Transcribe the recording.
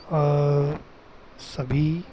सभी